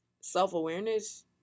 self-awareness